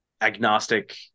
agnostic